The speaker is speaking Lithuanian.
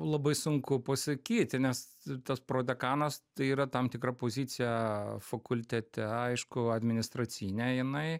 labai sunku pasakyti nes tas prodekanas tai yra tam tikra pozicija fakultete aišku administracinė jinai